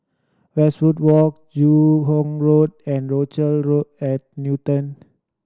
Westwood Walk Joo Hong Road and Rochelle at Newton